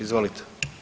Izvolite.